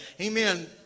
Amen